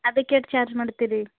ಅದಕ್ಕೆಷ್ಟು charge ಮಾಡ್ತೀರಿ